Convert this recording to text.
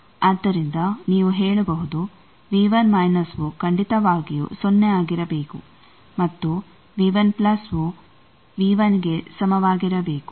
ಆದ್ದರಿಂದ ನೀವು ಹೇಳಬಹುದು ವು ಖಂಡಿತವಾಗಿಯೂ ಸೊನ್ನೆ ಆಗಿರಬೇಕು ಮತ್ತು ಯು V1 ಗೆ ಸಮವಾಗಿರಬೇಕು